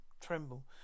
tremble